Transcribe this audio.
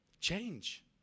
change